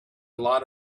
lot